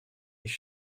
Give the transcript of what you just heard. ich